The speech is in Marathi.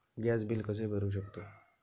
गॅस बिल कसे भरू शकतो?